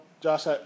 Josh